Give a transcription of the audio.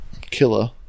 killer